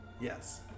yes